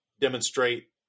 demonstrate